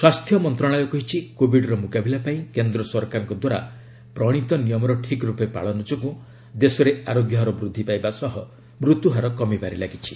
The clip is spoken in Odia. ସ୍ୱାସ୍ଥ୍ୟ ମନ୍ତ୍ରଣାଳୟ କହିଛି କୋବିଡ୍ର ମୁକାବିଲା ପାଇଁ କେନ୍ଦ୍ର ସରକାରଙ୍କ ଦ୍ୱାରା ପ୍ରଣିତ ନିୟମର ଠିକ୍ ରୂପେ ପାଳନ ଯୋଗୁଁ ଦେଶରେ ଆରୋଗ୍ୟ ହାର ବୃଦ୍ଧି ପାଇବା ସହ ମୃତ୍ୟୁ ହାର କମିବାରେ ଲାଗିଛି